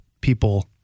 people